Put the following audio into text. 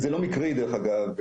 זה לא מקרי דרך אגב,